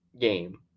game